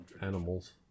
animals